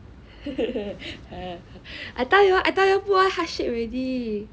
I tell you put one heart shape already